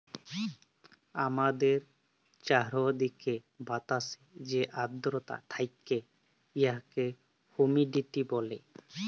আমাদের চাইরদিকের বাতাসে যে আদ্রতা থ্যাকে উয়াকে হুমিডিটি ব্যলে